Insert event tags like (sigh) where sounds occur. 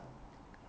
(noise)